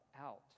Out